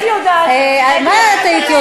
לא, אני, אם הייתי יודעת, מה אם היית יודעת?